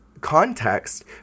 context